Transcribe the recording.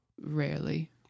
Rarely